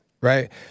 right